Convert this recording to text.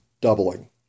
doubling